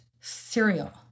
cereal